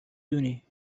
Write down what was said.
دونی